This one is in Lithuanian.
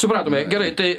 supratome gerai tai